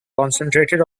concentrated